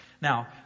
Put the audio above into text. Now